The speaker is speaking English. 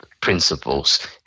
principles